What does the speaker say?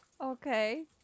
Okay